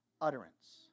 utterance